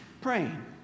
praying